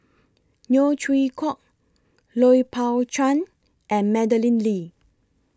Neo Chwee Kok Lui Pao Chuen and Madeleine Lee